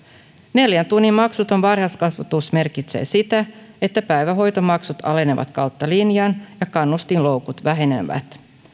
neljän tunnin maksuton varhaiskasvatus merkitsee sitä että päivähoitomaksut alenevat kautta linjan ja kannustinloukut vähenevät